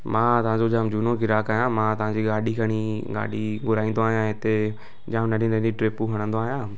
मां तव्हांजो जाम झूनो गिराकु आहियां मां तव्हांजी गाॾी खणी गाॾी घुराईंदो आहियां हिते जाम नंढी नंढी ट्रिपूं हणंदो आहियां